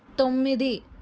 తొమ్మిది